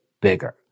bigger